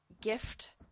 gift